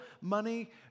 money